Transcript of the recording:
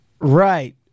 Right